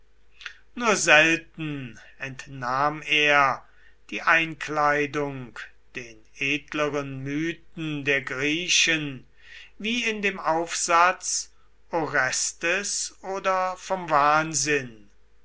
nur selten entnahm er die einkleidung den edleren mythen der griechen wie in dem aufsatz orestes oder vom wahnsinn